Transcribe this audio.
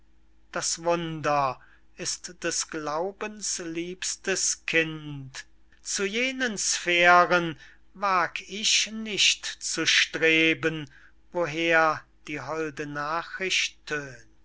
das wunder ist des glaubens liebstes kind zu jenen sphären wag ich nicht zu streben woher die holde nachricht